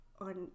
on